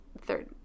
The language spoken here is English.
third